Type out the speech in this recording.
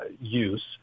use